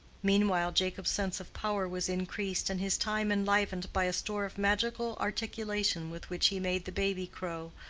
meanwhile jacob's sense of power was increased and his time enlivened by a store of magical articulation with which he made the baby crow,